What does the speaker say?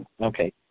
Okay